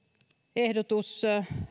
ehdotus